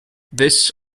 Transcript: this